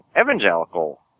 evangelical